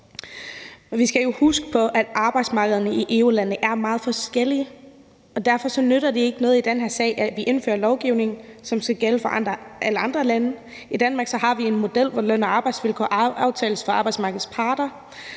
Vi skal jo huske på, at arbejdsmarkederne i EU-landene er meget forskellige, og derfor nytter det ikke noget i den her sag, at vi indfører lovgivning, som skal gælde for alle andre lande. I Danmark har vi en model, hvor løn- og arbejdsvilkår aftales af arbejdsmarkedets parter,